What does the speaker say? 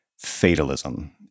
fatalism